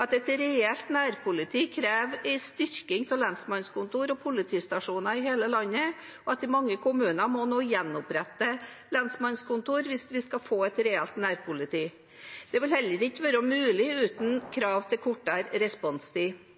at et reelt nærpoliti krever en styrking av lensmannskontor og politistasjoner i hele landet, og at mange kommuner nå må gjenopprette lensmannskontoret hvis vi skal få et reelt nærpoliti. Det vil heller ikke være mulig uten krav til kortere responstid.